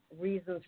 reasons